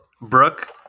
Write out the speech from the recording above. Brooke